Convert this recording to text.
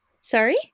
Sorry